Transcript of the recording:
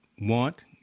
want